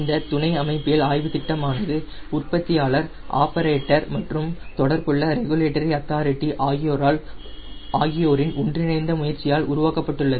இந்த துணை அமைப்பியல் ஆய்வு திட்டம் ஆனது உற்பத்தியாளர் ஆப்பரேட்டர் மற்றும் தொடர்புள்ள ரெகுலேட்டரி அத்தாரிட்டி ஆகியோரின் ஒன்றிணைந்த முயற்சியால் உருவாக்கப்பட்டுள்ளது